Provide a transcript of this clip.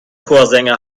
chorsänger